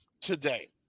today